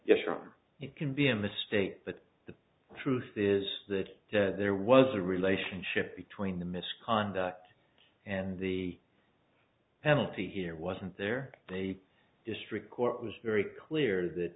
yes sure it can be in the state but the truth is that there was a relationship between the misconduct and the penalty here wasn't there and a district court was very clear that